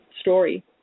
story